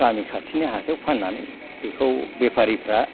गामि खाथिनि हाथायाव फाननानै बेखौ बेफारिफ्रा